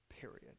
period